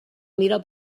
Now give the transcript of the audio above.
mira